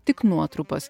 tik nuotrupos